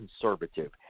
conservative